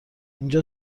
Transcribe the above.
اینجا